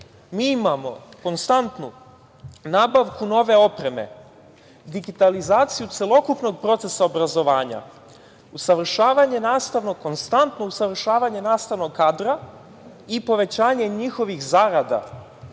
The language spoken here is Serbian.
mi imamo konstantnu nabavku nove opreme, digitalizaciju celokupnog procesa obrazovanja, usavršavanje nastavnog, konstantno usavršavanje nastavnog kadra i povećanje njihovih zarada,